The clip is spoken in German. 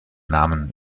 namen